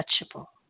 untouchable